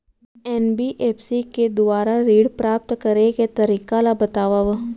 NBFC के दुवारा ऋण प्राप्त करे के तरीका ल बतावव?